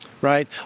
right